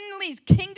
kingdom